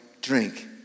drink